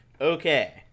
Okay